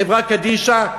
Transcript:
חברת קדישא,